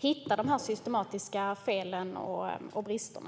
hitta de systematiska felen och bristerna?